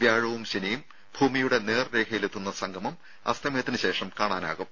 വ്യാഴവും ശനിയും ഭൂമിയുടെ നേർരേഖയിലെത്തുന്ന സംഗമം അസ്മയത്തിന് ശേഷം കാണാനാവും